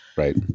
Right